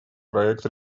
проект